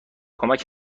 کمک